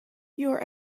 you’re